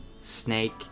snake